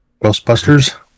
Ghostbusters